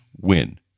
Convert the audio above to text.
win